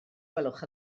gwelwch